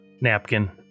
napkin